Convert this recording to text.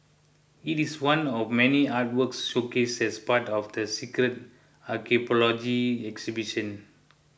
it is one of many artworks showcased as part of the Secret Archipelago exhibition